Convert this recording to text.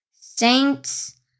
Saints